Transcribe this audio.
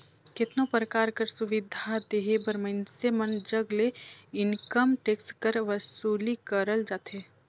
केतनो परकार कर सुबिधा देहे बर मइनसे मन जग ले इनकम टेक्स कर बसूली करल जाथे